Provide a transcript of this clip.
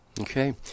Okay